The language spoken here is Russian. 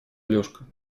алешка